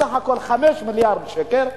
בסך הכול 5 מיליארד שקל.